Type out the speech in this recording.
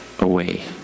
away